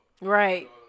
Right